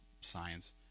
science